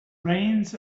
reins